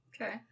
Okay